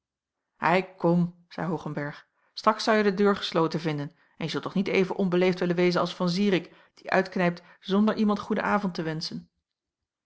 ei kom zeî hoogenberg straks zouje de deur gesloten vinden en je zult toch niet even onbeleefd willen wezen als van zirik die uitknijpt zonder iemand goeden avond te wenschen